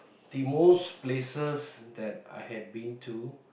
the most places that I have been to